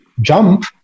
jump